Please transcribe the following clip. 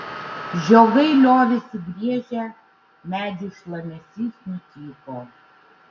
žiogai liovėsi griežę medžių šlamesys nutyko